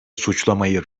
suçlamayı